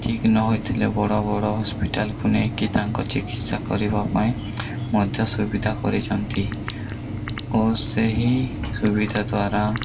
ଠିକ ନହୋଇଥିଲେ ବଡ଼ ବଡ଼ ହସ୍ପିଟାଲକୁ ନେଇକି ତାଙ୍କ ଚିକିତ୍ସା କରିବା ପାଇଁ ମଧ୍ୟ ସୁବିଧା କରିଛନ୍ତି ଓ ସେହି ସୁବିଧା ଦ୍ୱାରା